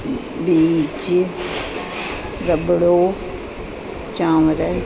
बीज रबड़ो चांवर